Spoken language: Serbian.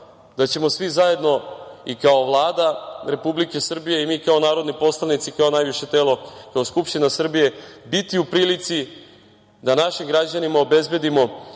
da ćemo svi zajedno i kao Vlada Republike Srbije i mi kao narodni poslanici, kao najviše telo, kao Skupština Srbije biti u prilici da našim građanima obezbedimo